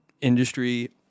industry